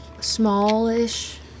Smallish